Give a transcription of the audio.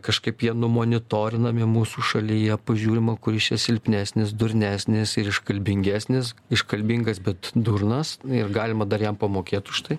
kažkaip jie numonitorinami mūsų šalyje pažiūrima kuris čia silpnesnis durnesnis ir iškalbingesnis iškalbingas bet durnas ir galima dar jam pamokėt už tai